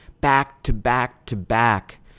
back-to-back-to-back